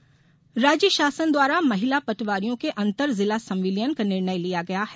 महिला पटवारी राज्य शासन द्वारा महिला पटवारियों के अंतर जिला संविलियन का निर्णय लिया गया है